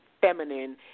feminine